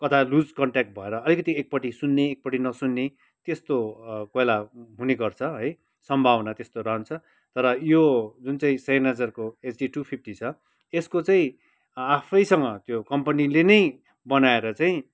कता loose contact भएर अलिकति एकपट्टि सुन्ने एकपट्टि नसुन्ने त्यस्तो कोही बेला हुने गर्छ है सम्भावना त्यस्तो रहन्छ र यो जुन चाहिँ सेनेइजरको एचडि दु फिफ्टी छ यसको चाहिँ आफैँसँग त्यो कम्पनीले नै बनाएर चाहिँ